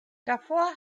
davor